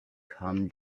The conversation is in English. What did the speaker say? come